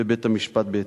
לבית-המשפט בהתאם.